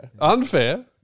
Unfair